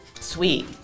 Sweet